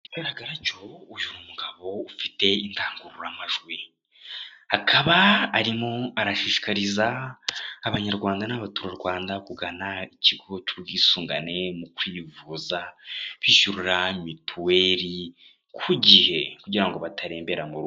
Ikigaragara cyo uyu mugabo ufite indangururamajwi akaba arimo arashishikariza abanyarwanda n'abaturarwanda kugana ikigo cy'ubwisungane mu kwivuza, bishyura mituweri ku gihe kugira ngo batarembera mu rugo.